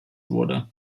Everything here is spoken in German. wurde